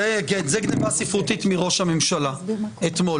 כן, זאת גניבה ספרותית מראש הממשלה אתמול.